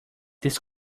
this